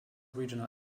regional